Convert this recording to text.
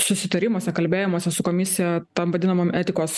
susitarimuose kalbėjimosi su komisija tam vadinamam etikos